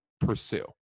pursue